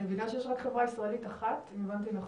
אני מבינה שיש רק חברה ישראלית אחת כך